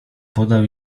podał